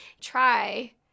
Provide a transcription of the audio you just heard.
try